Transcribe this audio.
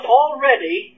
already